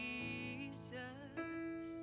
Jesus